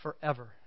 Forever